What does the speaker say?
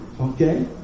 Okay